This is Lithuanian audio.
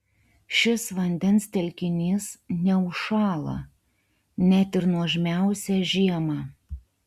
šis vandens telkinys neužšąla net ir nuožmiausią žiemą